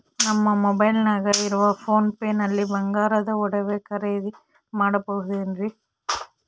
ನಮ್ಮ ಮೊಬೈಲಿನಾಗ ಇರುವ ಪೋನ್ ಪೇ ನಲ್ಲಿ ಬಂಗಾರದ ಒಡವೆ ಖರೇದಿ ಮಾಡಬಹುದೇನ್ರಿ?